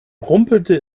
rumpelte